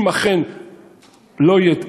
אם לא יהיה כסף,